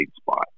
spot